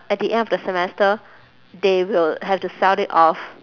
at the end of the semester they will have to sell it off